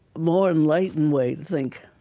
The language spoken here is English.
more enlightened way to think